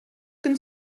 can